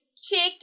chicken